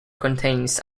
contains